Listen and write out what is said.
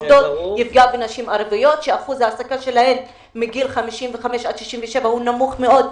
יפגע בנשים ערביות שאחוז העסקתן מגיל 55 עד 67 הוא נמוך מאוד,